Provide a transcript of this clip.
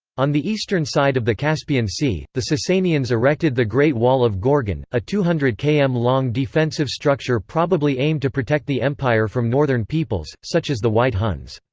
on the eastern side of the caspian sea, the sassanians erected the great wall of gorgan, a two hundred km-long defensive structure probably aimed to protect the empire from northern peoples, such as the white huns.